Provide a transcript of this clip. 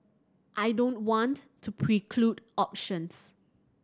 I don't want to preclude options